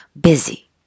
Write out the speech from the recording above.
busy